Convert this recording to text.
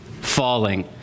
falling